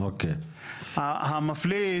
המפליא,